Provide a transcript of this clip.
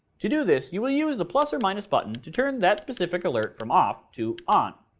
to do this, you will use the plus or minus button to turn that specific alert from off to on.